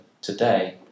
today